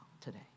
today